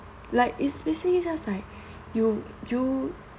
you know like it's basically just like you